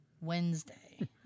Wednesday